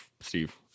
Steve